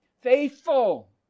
Faithful